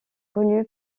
connue